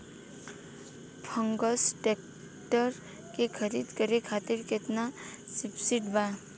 Ferguson tractor के खरीद करे खातिर केतना सब्सिडी बा?